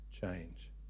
change